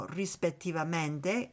rispettivamente